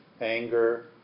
anger